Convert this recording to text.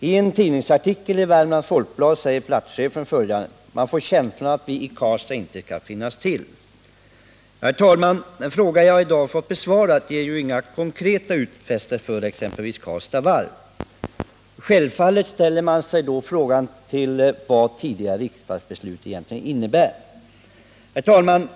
I en tidningsartikel i Värmlands Folkblad säger platschefen vid varvet följande: ”Man får känslan av att vi i Karlstad inte skall finnas till.” Herr talman! Det svar jag i dag har fått på min fråga ger ju inga konkreta utfästelser för exempelvis Karlstads Varv. Självfallet ställer man sig då frågande till vad tidigare riksdagsbeslut egentligen inneburit.